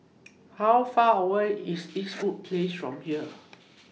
How Far away IS Eastwood Place from here